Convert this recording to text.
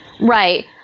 right